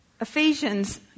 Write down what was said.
Ephesians